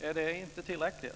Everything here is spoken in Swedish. Är det inte tillräckligt?